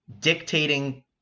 dictating